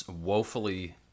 woefully